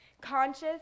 Conscious